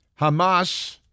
Hamas